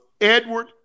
Edward